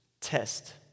test